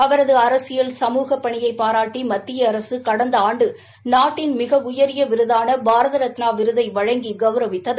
அவரது அரசியல் சமூக பணியை பாராட்டி மத்திய அரசு கடந்த ஆண்டு நாட்டின் மிக உயரிய விருதான பாரத ரத்னா விருதை வழங்கி கௌரவித்தது